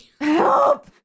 Help